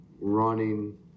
running